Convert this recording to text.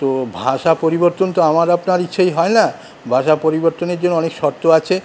তো ভাষা পরিবর্তন তো আমার আপনার ইচ্ছায় হয় না ভাষা পরিবর্তনের জন্য অনেক শর্ত আছে